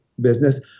business